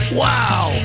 wow